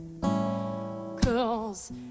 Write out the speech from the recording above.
Cause